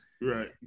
Right